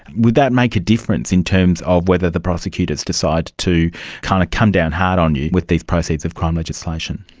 would that make a difference in terms of whether the prosecutors decide to kind of come down hard on you with these proceeds of crime legislation?